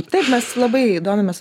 taip mes labai domimės